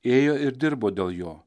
ėjo ir dirbo dėl jo